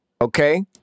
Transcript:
Okay